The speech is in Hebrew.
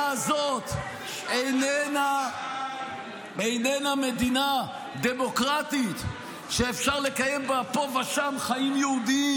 הזאת איננה מדינה דמוקרטית שאפשר לקיים בה פה ושם חיים יהודיים